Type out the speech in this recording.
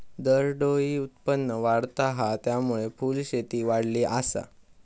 दरडोई उत्पन्न वाढता हा, त्यामुळे फुलशेती वाढली आसा